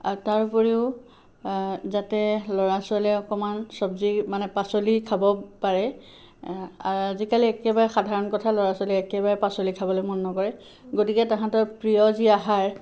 আৰু তাৰ উপৰিও যাতে ল'ৰা ছোৱালীয়ে অকণমান যাতে চবজি মানে পাচলি খাব পাৰে আজিকালি একেবাৰে সাধাৰণ কথা ল'ৰা ছোৱালীয়ে একেবাৰে পাচলি খাবলৈ মন নকৰে গতিকে তাহাঁতৰ প্ৰিয় যি আহাৰ